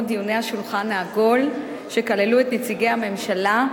דיוני השולחן העגול שכללו את נציגי הממשלה,